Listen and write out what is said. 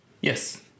Yes